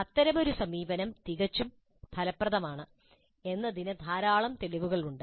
അത്തരമൊരു സമീപനം തികച്ചും ഫലപ്രദമാണ് എന്നതിന് ധാരാളം തെളിവുകൾ ഉണ്ട്